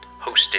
Hosted